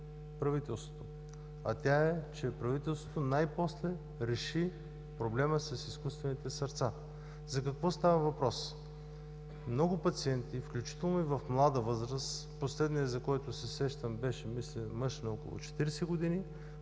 правителството – че най-после реши проблема с изкуствените сърца. За какво става въпрос? Много пациенти, включително и в млада възраст – последният, за когото се сещам, мисля, че беше мъж на около 40 години